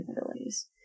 abilities